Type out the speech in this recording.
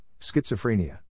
schizophrenia